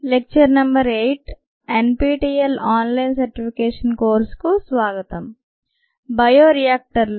lecture number 8 NPTEL online certification కోర్సుకు స్వాగతం బయో రియాక్టర్లు